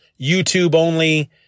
YouTube-only